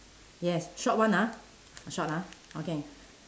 yes short one ah short ah okay